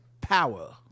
power